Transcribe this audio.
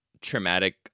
traumatic